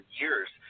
years